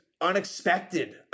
unexpected